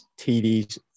TDs